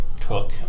Cook